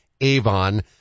Avon